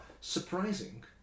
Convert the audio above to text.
surprising